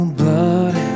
blood